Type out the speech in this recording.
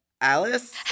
Alice